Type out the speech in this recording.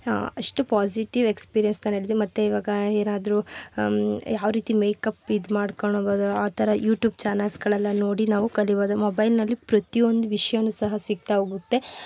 ಅಷ್ಟು ಪೋಝಿಟಿವ್ ಎಕ್ಸ್ಪಿರಿಯನ್ಸ್ಗಳು ನಾನು ಹೇಳಿದೀನಿ ಮತ್ತೆ ಈವಾಗ ಏನಾದ್ರೂ ಯಾವ ರೀತಿ ಮೇಕ್ ಅಪ್ ಇದು ಮಾಡ್ಕೋಬಹುದು ಆ ಥರ ಯು ಟ್ಯೂಬ್ ಚ್ಯಾನಲ್ಸ್ಗಳೆಲ್ಲ ನೋಡಿ ನಾವು ಕಲೀಬಹುದು ಮೊಬೈಲ್ನಲ್ಲಿ ಪ್ರತೀ ಒಂದು ವಿಷಯನೂ ಸಹ ಸಿಕ್ತಾಹೋಗುತ್ತೆ